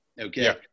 okay